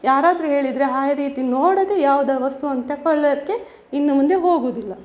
ಯಾರಾದರೂ ಹೇಳಿದರೆ ಆ ರೀತಿ ನೋಡದೆ ಯಾವುದು ವಸ್ತುವನ್ನು ತಗೊಳ್ಳೋಕ್ಕೆ ಇನ್ನು ಮುಂದೆ ಹೋಗುವುದಿಲ್ಲ